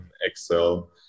Excel